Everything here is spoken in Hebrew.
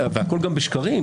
והכול בשקרים,